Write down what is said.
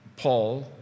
Paul